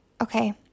okay